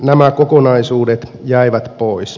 nämä kokonaisuudet jäivät pois